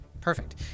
Perfect